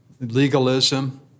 Legalism